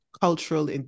cultural